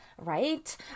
right